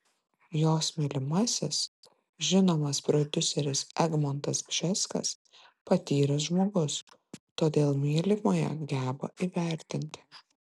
jos mylimasis žinomas prodiuseris egmontas bžeskas patyręs žmogus todėl mylimąją geba įvertinti